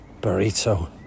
burrito